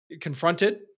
confronted